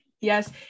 Yes